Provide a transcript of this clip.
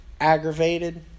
aggravated